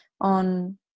on